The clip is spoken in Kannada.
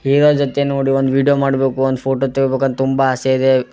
ಹೀರೋ ಜೊತೆ ನೋಡಿ ಒಂದು ವೀಡ್ಯೋ ಮಾಡಬೇಕು ಒಂದು ಫೋಟೋ ತೆಗಿಬೇಕಂತ ತುಂಬ ಆಸೆ ಇದೆ